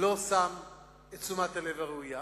לא נותן את תשומת הלב הראויה.